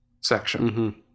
section